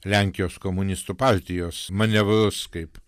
lenkijos komunistų partijos manevrus kaip